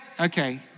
Okay